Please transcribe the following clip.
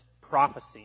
prophecy